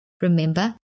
Remember